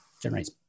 generates